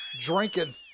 drinking